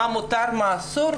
מה מותר ומה אסור,